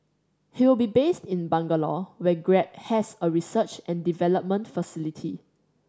he will be based in Bangalore where Grab has a research and development facility